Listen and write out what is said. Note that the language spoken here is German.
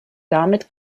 damit